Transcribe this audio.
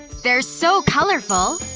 they're so colorful.